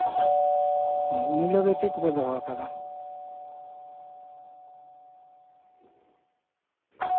ᱦᱩᱸ ᱩᱱ ᱦᱤᱞᱳᱜ ᱫᱚ ᱪᱮᱫ ᱠᱚᱯᱮ ᱫᱚᱦᱚᱣᱟᱠᱟᱫᱼᱟ